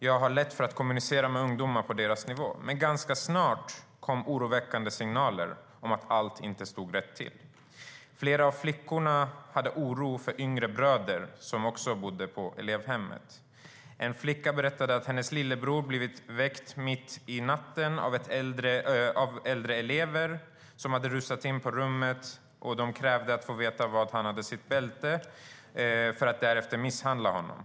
Jag har lätt för att kommunicera med ungdomar på deras nivå. Men snart kom oroväckande signaler om att allt inte stod rätt till. Flera av flickorna kände oro för yngre bröder som också bodde på elevhemmet. En flicka berättade att hennes lillebror hade väckts mitt i natten av äldre elever som hade rusat in på rummet. De krävde att få veta var han hade sitt bälte, för att därefter misshandla honom.